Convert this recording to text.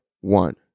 one